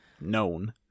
known